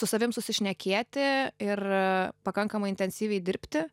su savim susišnekėti ir a pakankamai intensyviai dirbti